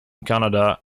canada